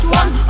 one